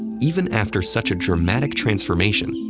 even after such a dramatic transformation,